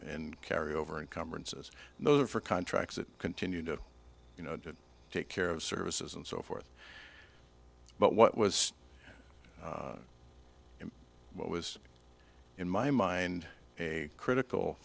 and carry over in conferences and those are for contracts that continue to you know to take care of services and so forth but what was what was in my mind a critical